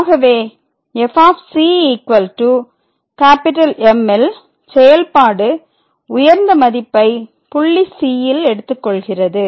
ஆகவே f M ல் செயல்பாடு உயர்ந்த மதிப்பை புள்ளி c ல் எடுத்துக்கொள்கிறது